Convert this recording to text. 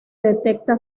detecta